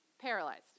paralyzed